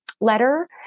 letter